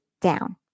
down